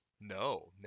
no